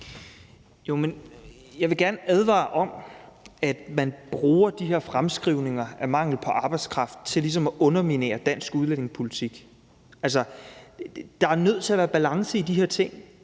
jeg vil gerne advare om, at man bruger de her fremskrivninger om mangel på arbejdskraft til ligesom at underminere dansk udlændingepolitik. Altså, der er nødt til at være balance i de her ting,